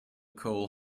coal